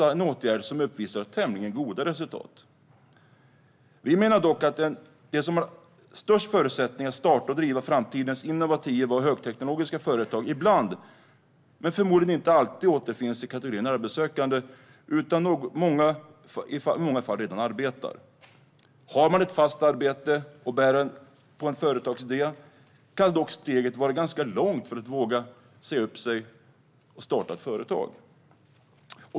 Det är en åtgärd som uppvisar tämligen goda resultat. Vi menar dock att de som har störst förutsättningar att starta och driva framtidens innovativa och högteknologiska företag ibland, men förmodligen inte alltid, återfinns i kategorin arbetssökande. I många fall arbetar i stället redan dessa personer. Har man ett fast arbete och bär på en företagsidé kan dock steget vara ganska stort för att våga säga upp sig och starta ett företag.